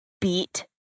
beat